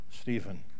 Stephen